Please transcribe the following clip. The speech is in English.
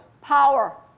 Power